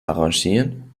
arrangieren